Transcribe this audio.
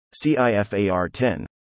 CIFAR-10